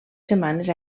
setmanes